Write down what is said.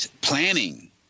planning